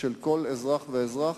של כל אזרח ואזרח?